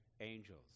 angels